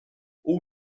all